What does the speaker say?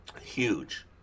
Huge